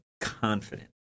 confident